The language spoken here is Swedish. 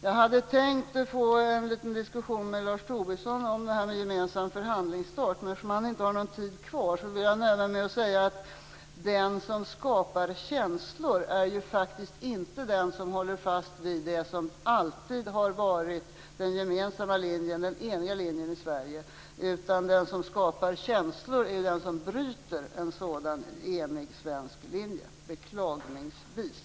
Jag hade tänkt få en diskussion med Lars Tobisson om det här med gemensam förhandlingsstart, men eftersom han inte har någon taletid kvar nöjer jag mig med att säga att den som skapar känslor faktiskt inte är den som håller fast vid det som alltid har varit den gemensamma, eniga linjen i Sverige. Den som skapar känslor är den som bryter en sådan enig svensk linje - beklagligtvis.